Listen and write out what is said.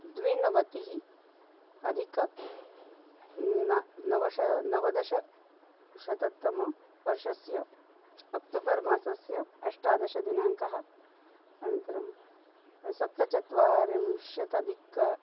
द्विनवतिः अधिक न नवशा नवदशशततमवर्षस्य अक्तोबर्मासस्य अष्टादशदिनाङ्कः अनन्तरं सप्तचत्वारिंशददिक